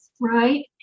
right